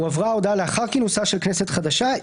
הועברה ההודעה לאחר כינוסה של כנסת חדשה,